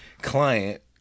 client